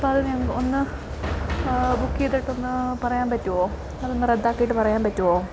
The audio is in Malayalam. അപ്പം അതിന് ഒന്ന് ബുക്ക് ചെയ്തിട്ട് ഒന്ന് പറയാൻ പറ്റുമോ അതൊന്ന് റദ്ദാക്കിയിട്ട് പറയാൻ പറ്റുമോ